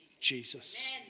Jesus